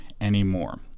anymore